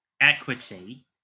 Equity